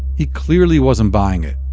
he clearly wasn't buying it.